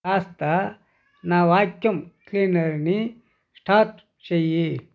కాస్త నా వాక్యూమ్ క్లీనర్ని స్టార్ట్ చెయ్యి